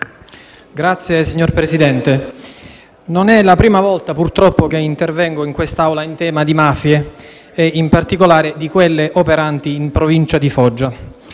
*(M5S)*. Signor Presidente, non è la prima volta, purtroppo, che intervengo in quest'Aula per parlare di mafie e, in particolare, di quelle operanti in provincia di Foggia.